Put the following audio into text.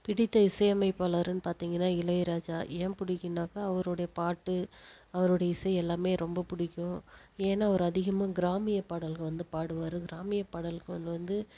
பிடித்த இசையமைப்பாளர்ன்னு பார்த்தீங்கன்னா இளையராஜா ஏன் பிடிக்கும்னாக்க அவருடைய பாட்டு அவருடைய இசை எல்லாமே ரொம்ப பிடிக்கும் ஏன்னால் அவர் அதிகமாக கிராமிய பாடல்கள் வந்து பாடுவார் கிராமிய பாடலுக்கு வந்து